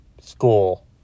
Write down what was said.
school